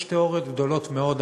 יש תיאוריות גדולות מאוד,